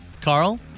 Carl